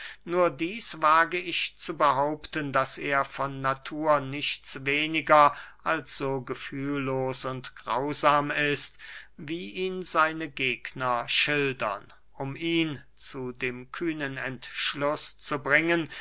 nur dieß wage ich zu behaupten daß er von natur nichts weniger als so gefühllos und grausam ist wie ihn seine gegner schildern um ihn zu dem kühnen entschluß zu bringen